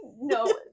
no